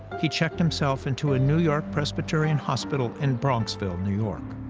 he checked himself into a new york presbyterian hospital in bronxville, new york.